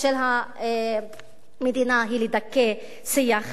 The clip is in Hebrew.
ושל המדינה היא לדכא שיח